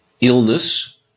illness